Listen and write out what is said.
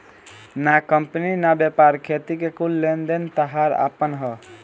ना कंपनी ना व्यापार, खेती के कुल लेन देन ताहार आपन ह